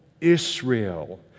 Israel